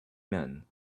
men